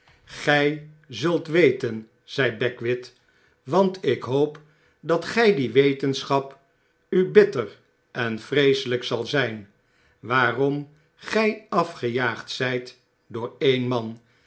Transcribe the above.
gy zult weten zei beckwith want ik hoop dat die wetenschap u bitter en vreeselijk zal zyn waarom gy argejaagd zijt door een man